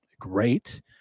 Great